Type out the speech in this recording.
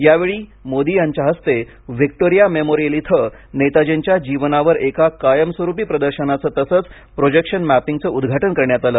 यावेळी मोदी यांच्या हस्ते विक्टोरिया मेमोरिअल इथं नेताजींच्या जीवनावर एका कायमस्वरूपी प्रदर्शनाच तसंच प्रोजेक्शन मपिंगचं उद्घाटन करण्यात आलं